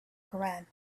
koran